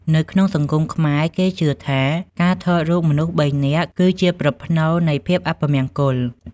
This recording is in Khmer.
នៅក្នុងសង្គមខ្មែរគេជឿថា ការថតរូបមនុស្សបីនាក់ គឺជាប្រផ្នូលនៃភាពអពមង្គល។